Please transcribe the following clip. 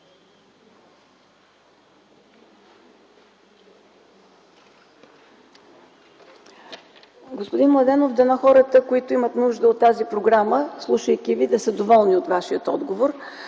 Господин Младенов, дано хората, които имат нужда от тази програма, слушайки Ви, да са доволни от Вашия отговор.